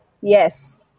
Yes